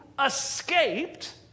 escaped